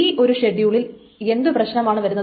ഈ ഒരു ഷെഡ്യൂളിൽ എന്തു പ്രശ്നമാണ് വരുന്നത്